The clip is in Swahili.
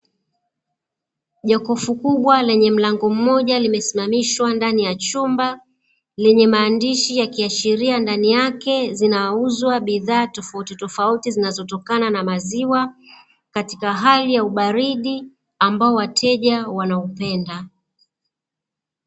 Jokofu kubwa lenye mlango mmoja limesimamishwa ndani ya chumba, lenye maandishi yakiashiria ndani yake ziunauzwa bidhaa tofautitofauti zinazotokana na maziwa, katika hali ya ubaridi ambao wateja wanaupenda.